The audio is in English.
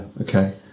okay